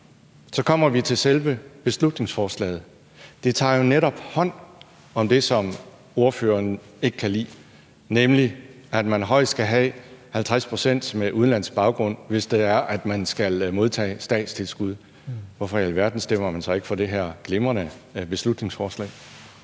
Så kommer vi til selve beslutningsforslaget. Det tager jo netop hånd om det, som ordføreren ikke kan lide, nemlig at man højst skal have 50 pct. med udenlandsk baggrund, hvis det er, at man skal modtage statstilskud. Hvorfor i alverden stemmer man så ikke for det her glimrende beslutningsforslag?